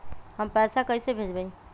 हम पैसा कईसे भेजबई?